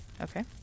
Okay